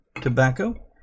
tobacco